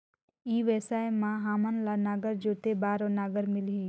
ई व्यवसाय मां हामन ला नागर जोते बार नागर मिलही?